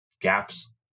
gaps